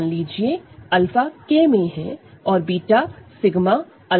मान लीजिए 𝛂 K में है और β 𝜎𝛂 है और L मे है